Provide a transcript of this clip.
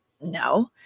No